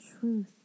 truth